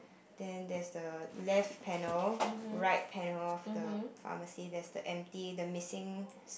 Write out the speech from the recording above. then there's the left panel right panel of the pharmacy there's the empty the missing